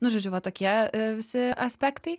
nu žodžiu va tokie visi aspektai